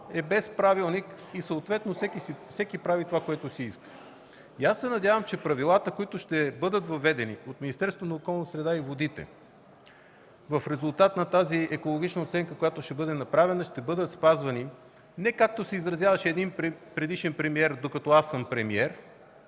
е без правилник и съответно всеки прави това, което си иска. Аз се надявам, че правилата, които ще бъдат въведени от Министерството на околната среда и водите в резултат на тази екологична оценка, която ще бъде направена, ще бъдат спазвани, не както се изразяваше един предишен премиер – „докато аз съм премиер”,